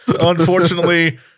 Unfortunately